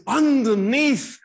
underneath